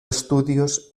estudios